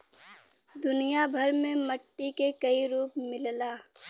दुनिया भर में मट्टी के कई रूप मिलला